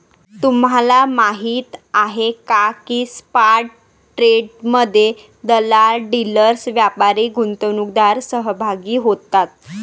तुम्हाला माहीत आहे का की स्पॉट ट्रेडमध्ये दलाल, डीलर्स, व्यापारी, गुंतवणूकदार सहभागी होतात